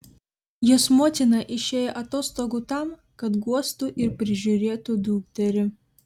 jos motina išėjo atostogų tam kad guostų ir prižiūrėtų dukterį